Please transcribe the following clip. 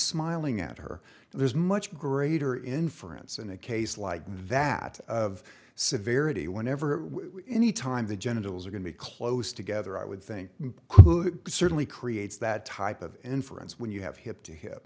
smiling at her so there's much greater inference in a case like that of severity whenever any time the genitals are going to close together i would think certainly creates that type of inference when you have hip to hip